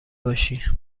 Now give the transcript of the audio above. باشی